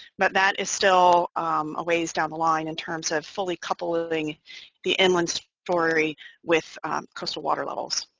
but that is still a ways down the line in terms of fully coupling the inland story with coastal water levels.